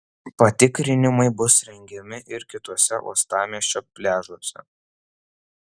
patikrinimai bus rengiami ir kituose uostamiesčio pliažuose